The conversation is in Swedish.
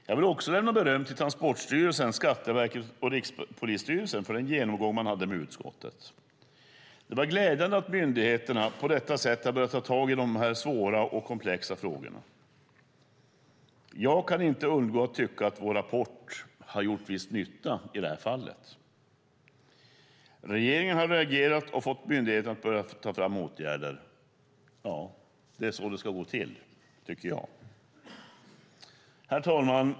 Jag vill också berömma Transportstyrelsen, Skatteverket och Rikspolisstyrelsen för deras genomgång i utskottet. Det är glädjande att myndigheterna på detta sätt har börjat ta tag i dessa svåra och komplexa frågor. Jag kan inte undgå att tycka att vår rapport har gjort viss nytta. Regeringen har reagerat och fått myndigheterna att börja ta fram åtgärder. Det är så det ska gå till. Herr talman!